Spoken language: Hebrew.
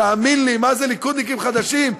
תאמין לי, מה זה ליכודניקים חדשים?